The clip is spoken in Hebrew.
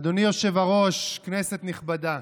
אדוני היושב-ראש, כנסת נכבדה,